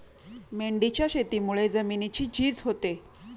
मेंढीच्या शेतीमुळे जमिनीची झीज होते